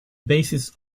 basis